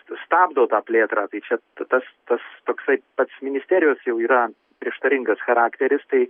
stabdo tą plėtrą tai čia tas tas toksai pats ministerijos jau yra prieštaringas charakteris tai